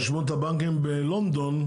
רשמו את הבנקים בלונדון.